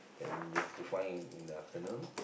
and you have to find in in the afternoon